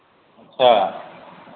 अच्छा